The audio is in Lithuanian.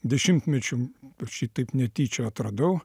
dešimtmečių aš jį taip netyčia atradau